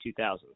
2000s